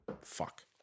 Fuck